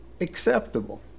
acceptable